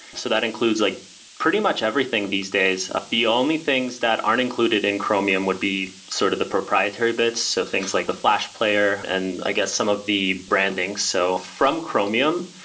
so that includes like pretty much everything these days. the only things that aren't included in chromium would be sort of the proprietary bits of so things, like the flash player and i guess some of the branding so from chromium,